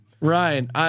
Ryan